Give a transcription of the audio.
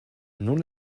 nun